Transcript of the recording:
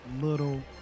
Little